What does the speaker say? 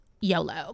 YOLO